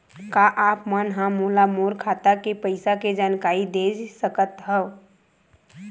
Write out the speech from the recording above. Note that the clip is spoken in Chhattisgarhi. का आप मन ह मोला मोर खाता के पईसा के जानकारी दे सकथव?